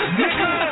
nigga